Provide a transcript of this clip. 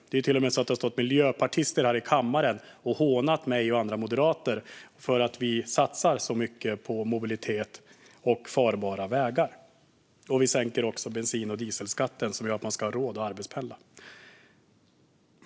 Miljöpartister har till och med stått här i kammaren och hånat mig och andra moderater för att vi satsar så mycket på mobilitet och farbara vägar. Vi sänker också bensin och dieselskatten för att man ska ha råd att arbetspendla.